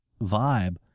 vibe